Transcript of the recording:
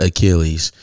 Achilles